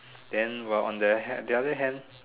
then what on the other hand